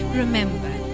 remember